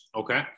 Okay